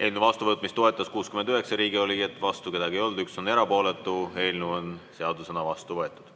Eelnõu vastuvõtmist toetas 69 Riigikogu liiget, vastu keegi ei olnud, 1 on erapooletu. Eelnõu on seadusena vastu võetud.